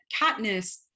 Katniss